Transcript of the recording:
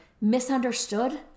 misunderstood